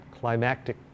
climactic